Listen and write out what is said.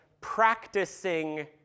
practicing